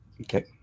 Okay